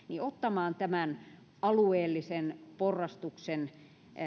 ottamaan tämän alueellisen porrastuksen